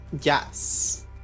Yes